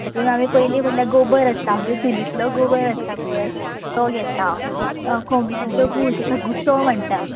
तेतून पयली म्हणल्यार गोबर आसता आमच्या चुलीतलो गोबर आसता पळय तो घेता मागीर कोंबयांचो गू ताका घुसो म्हणटा